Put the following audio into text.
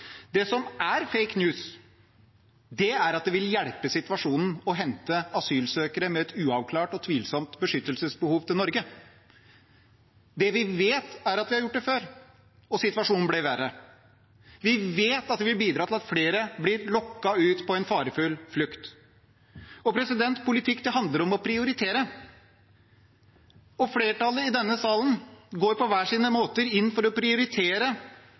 Det som er «fake news», er at det vil hjelpe situasjonen å hente asylsøkere med et uavklart og tvilsomt beskyttelsesbehov til Norge. Det vi vet, er at vi har gjort det før, og situasjonen ble verre. Vi vet at det vil bidra til at flere blir lokket ut på en farefull flukt. Politikk handler om å prioritere. Partiene i flertallet i denne salen går på hver sine måter inn for